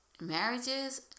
Marriages